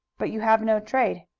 but you have no trade.